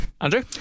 Andrew